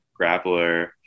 grappler